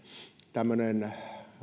tämmöisen